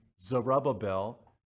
Zerubbabel